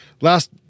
Last